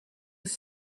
was